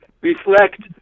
reflect